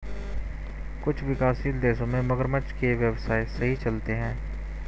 कुछ विकासशील देशों में मगरमच्छ के व्यवसाय सही चलते हैं